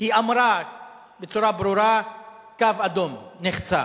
אמרה בצורה ברורה: קו אדום נחצה.